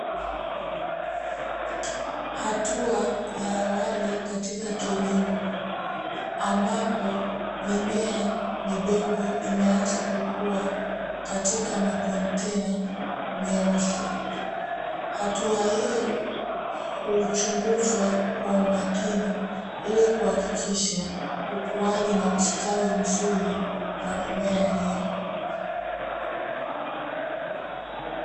Hatua ya awali katika kilimo ambapo mimea midogo imeanza kukua katika makontena meusi, hatua hiyo huchunguzwa kwa umakini ili kuhakikisha ukuaji na ustawi mzuri wa mimea hiyo.